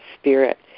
spirit